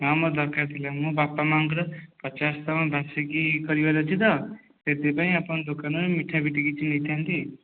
ହଁ ମୋର ଦରକାର ଥିଲା ମୋ ବାପାମାଆଙ୍କର ପଚାଶତମ ବାର୍ଷିକି କରିବାର ଅଛିତ ସେଥିପାଇଁ ଆପଣଙ୍କ ଦୋକାନରୁ ମିଠାମିଠି କିଛି ନେଇଥାନ୍ତି